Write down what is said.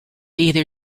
either